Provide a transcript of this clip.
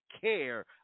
care